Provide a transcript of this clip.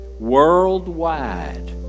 Worldwide